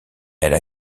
elle